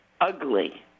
Ugly